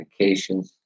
medications